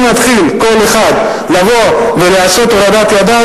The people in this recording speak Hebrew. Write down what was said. אם יתחיל כל אחד לבוא ולעשות הורדת ידיים,